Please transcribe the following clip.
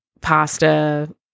pasta